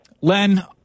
Len